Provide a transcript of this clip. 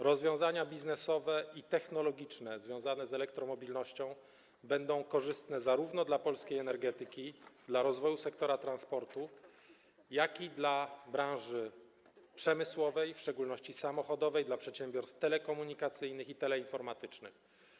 Rozwiązania biznesowe i technologiczne związane z elektromobilnością będą korzystne zarówno dla polskiej energetyki, dla rozwoju sektora transportu, jak i dla branży przemysłowej, w szczególności samochodowej, dla przedsiębiorstw telekomunikacyjnych i teleinformatycznych.